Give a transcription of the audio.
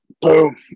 Boom